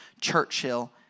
Churchill